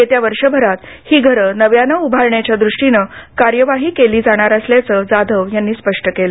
येत्या वर्षभरात ही घरं नव्यानं उभारण्याच्या दृष्टीनं कार्यवाही केली जाणार असल्याचं जाधव यांनी स्पष्ट केलं